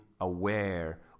aware